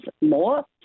more